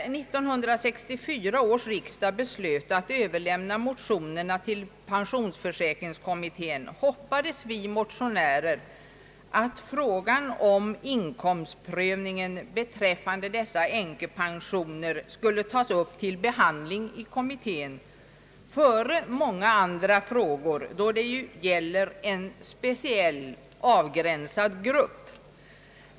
När 1964 års riksdag beslöt att överlämna motionerna till pensionsförsäkringskommittén hoppades vi motionärer att frågan om inkomstprövningen beträffande dessa änkepensioner skulle tas upp till behandling i kommittén före åtskilliga andra frågor, eftersom det här gäller en speciell avgränsad grupp.